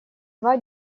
два